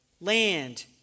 land